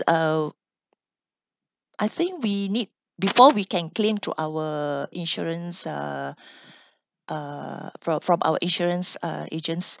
uh I think we need before we can claim through our insurance uh uh fro~ from our insurance uh agents